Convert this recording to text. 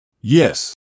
Yes